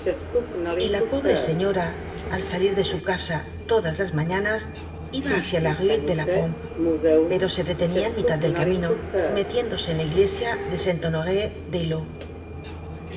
y la pobre señora al salir de su casa todas las mañanas iba hacia la rué de la pompe pero se detenía en mitad del camino metiéndose en la iglesia de